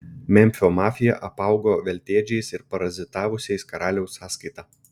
memfio mafija apaugo veltėdžiais ir parazitavusiais karaliaus sąskaita